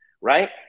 Right